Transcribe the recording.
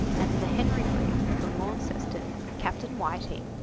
and the henry brig, from launceston, captain whiting,